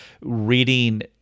reading